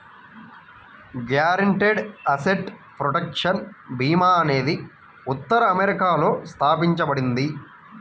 guaranteed asset protection భీమా అనేది ఉత్తర అమెరికాలో స్థాపించబడింది